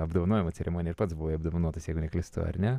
apdovanojimų ceremonijoj ir pats buvai apdovanotas jei neklystu ar ne